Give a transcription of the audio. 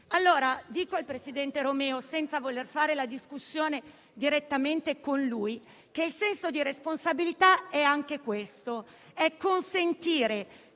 allora al presidente Romeo, senza voler fare una discussione direttamente con lui, che il senso di responsabilità è anche questo, vale a dire